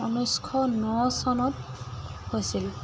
ঊনৈছশ ন চনত হৈছিল